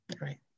right